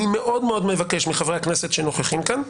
אני מאוד מבקש מחברי הכנסת שנוכחים כאן,